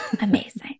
Amazing